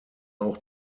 auch